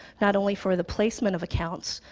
not only for the placement of accounts,